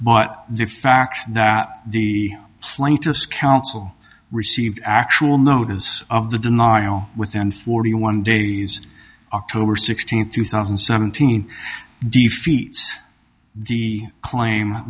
but the fact that the plaintiffs counsel received actual notice of the denial within forty one days october sixteenth two thousand and seventeen defeats the claim